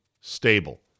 stable